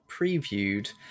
Previewed